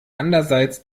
andererseits